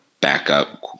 backup